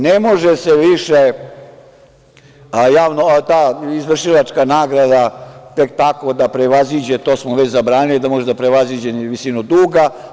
Ne može se više ta izvršilačka nagrada tek tako da prevaziđe, to smo već zabranili, visinu duga.